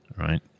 Right